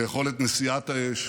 זה יכולת נשיאת האש,